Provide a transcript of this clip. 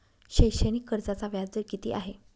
शैक्षणिक कर्जाचा व्याजदर किती आहे?